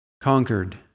conquered